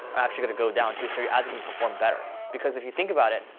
are actually going to go down too so your ad's gonna perform better. because if you think about it,